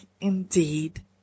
indeed